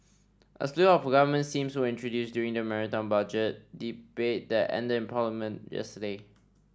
a slew of government schemes was introduced during the Marathon Budget Debate that ended in Parliament yesterday